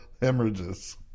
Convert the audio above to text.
hemorrhages